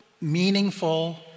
meaningful